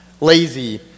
lazy